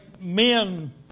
men